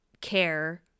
care